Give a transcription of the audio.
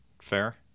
fair